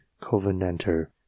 covenanter